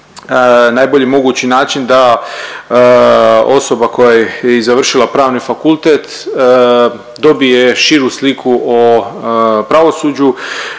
najbolji mogući način da osoba koja je završila pravni fakultet dobije širu sliku o pravosuđu